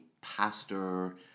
pastor